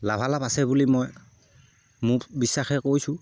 লাভালাভ আছে বুলি মই মোৰ বিশ্বাসেৰে কৈছোঁ